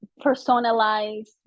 personalized